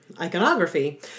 Iconography